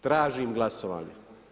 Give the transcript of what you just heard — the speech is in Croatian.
Tražim glasovanje.